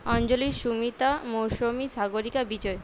Anjali Sumita Mousumi Sagarika Bijoy